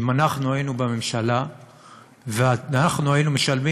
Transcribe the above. אם אנחנו היינו בממשלה ואנחנו היינו משלמים